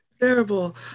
Terrible